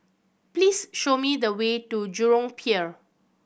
please show me the way to Jurong Pier